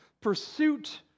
pursuit